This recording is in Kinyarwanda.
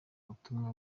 butumwa